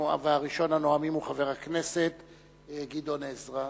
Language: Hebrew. ראשון הנואמים הוא חבר הכנסת גדעון עזרא,